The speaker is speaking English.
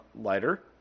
lighter